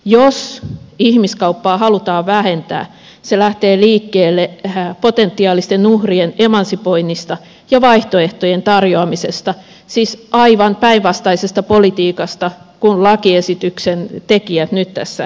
jos ihmiskauppaa halutaan vähentää se lähtee liikkeelle potentiaalisten uhrien emansipoinnista ja vaihtoehtojen tarjoamisesta siis aivan päinvastaisesta politiikasta kuin lakiesityksen tekijät nyt tässä esittävät